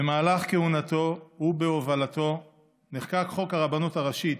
במהלך כהונתו ובהובלתו נחקק חוק הרבנות הראשית,